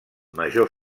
major